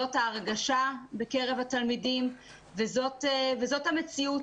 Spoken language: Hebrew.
זאת ההרגשה בקרב התלמידים וזאת המציאות.